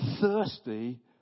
thirsty